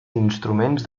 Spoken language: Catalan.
instruments